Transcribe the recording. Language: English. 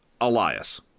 Elias